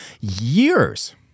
years